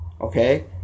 Okay